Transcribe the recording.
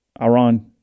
Iran